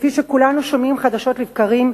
כפי שכולנו שומעים חדשות לבקרים,